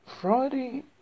Friday